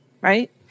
right